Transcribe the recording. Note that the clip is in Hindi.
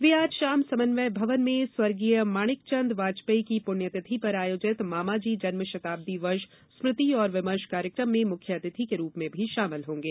वे आज शाम समन्वय भवन में स्वर्गीय माणिक चंद वाजपेयी की पूण्यतिथि पर आयोजित मामाजी जन्म शताब्दी वर्ष स्मृति और विमर्श कार्यकम में मुख्य अतिथि के रूप में भी शामिल होंगे